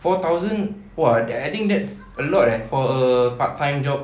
four thousand !wah! that I think that's a lot eh for a part-time job